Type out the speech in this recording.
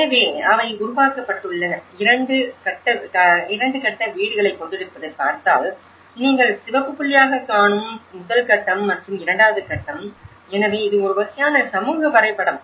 எனவே அவை உருவாக்கப்பட்டுள்ள இரண்டு கட்ட வீடுகளைக் கொண்டிருப்பதைப் பார்த்தால் நீங்கள் சிவப்பு புள்ளியாகக் காணும் முதல் கட்டம் மற்றும் இரண்டாவது கட்டம் எனவே இது ஒரு வகையான சமூக வரைபடம்